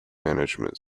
management